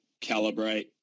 calibrate